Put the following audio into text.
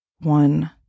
one